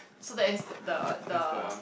so that is the the